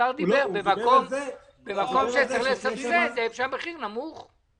השר אמר שצריך לסבסד איפה שהמחיר נמוך.